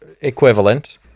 equivalent